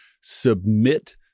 submit